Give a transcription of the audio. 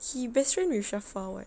he best friend with shafwa [what]